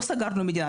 לא סגרנו את המדינה,